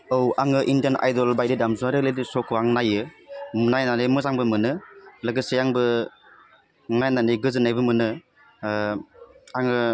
औ आङो Indian Idol बादि दामजुवारि रियेलिटि श'खौ आं नायो नायनानै मोजांबो मोनो लोगोसे आंबो नायनानै गोजोन्नायबो मोनो आङो